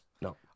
No